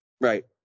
Right